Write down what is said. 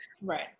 right